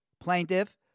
Plaintiff